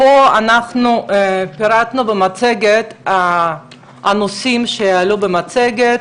אנחנו פירטנו במצגת את הנושאים שיעלו במצגת,